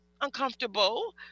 uncomfortable